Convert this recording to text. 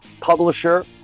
publisher